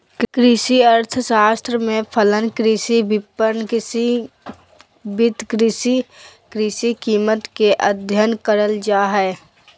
कृषि अर्थशास्त्र में फलन, कृषि विपणन, कृषि वित्त, कृषि कीमत के अधययन करल जा हइ